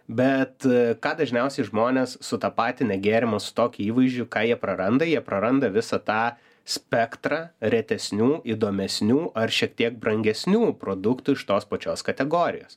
bet ką dažniausiai žmonės sutapatinę gėrimus su tokiu įvaizdžiu ką jie praranda jie praranda visą tą spektrą retesnių įdomesnių ar šiek tiek brangesnių produktų iš tos pačios kategorijos